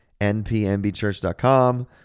npmbchurch.com